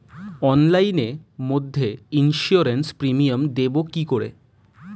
অনলাইনে মধ্যে insurance premium দেবো কি করে?